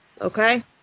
okay